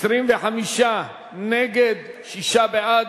25 נגד, שישה בעד.